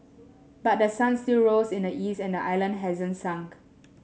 but the sun still rose in the east and the island hasn't sunk